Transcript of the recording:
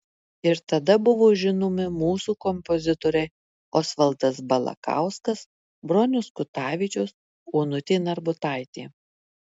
ir tada buvo žinomi mūsų kompozitoriai osvaldas balakauskas bronius kutavičius onutė narbutaitė